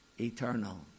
eternal